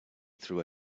through